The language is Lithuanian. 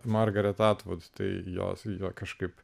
margaret atvaizdas tai jos juo kažkaip